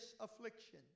affliction